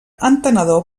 entenedor